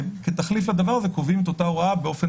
כתחליף לדבר הזה קובעים את אותה הוראה באופן